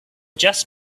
just